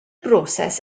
broses